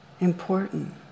important